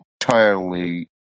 entirely